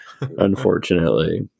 unfortunately